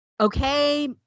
okay –